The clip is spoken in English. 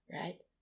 right